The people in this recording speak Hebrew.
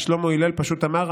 ושלמה הלל פשוט אמר,